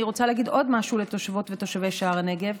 אני רוצה להגיד עוד משהו לתושבות ולתושבי שער הנגב: